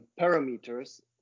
parameters